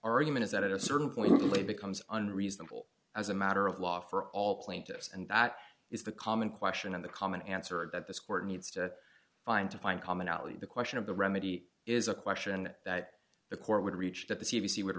argument is that at a certain point it becomes unreasonable as a matter of law for all plaintiffs and that is the common question of the common answer that this court needs to find to find commonality the question of the remedy is a question that the court would reach that the c b c would